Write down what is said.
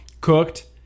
cooked